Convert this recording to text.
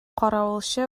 каравылчы